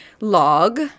log